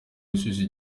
gushyushya